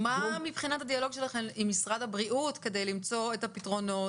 מה מבחינת הדיאלוג שלכם עם משרד הבריאות כדי למצוא את הפתרונות